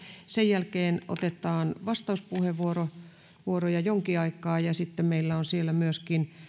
sen jälkeen otetaan vastauspuheenvuoroja jonkin aikaa ja sitten meillä on siellä myöskin